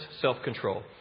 self-control